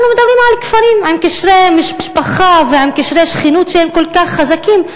אנחנו מדברים על כפרים עם קשרי משפחה ועם קשרי שכנות שהם כל כך חזקים,